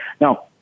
Now